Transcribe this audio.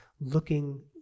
looking